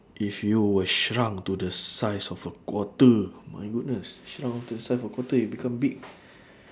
if you were shrunk to the size of a quarter my goodness shrunk to the size of a quarter you become big